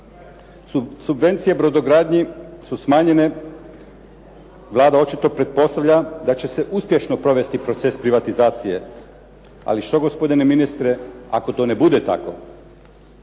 Subvencije brodogradnji su smanjene. Vlada očito pretpostavlja da će se uspješno provesti proces privatizacije. Ali što gospodine ministre ako to ne bude tako?